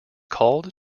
called